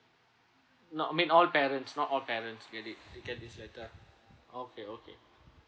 not I mean all parents not all parents get it get this letter okay okay